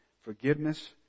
forgiveness